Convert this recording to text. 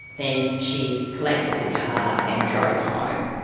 then she collected the car and drove home.